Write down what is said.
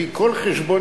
לפי כל חשבון